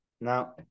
now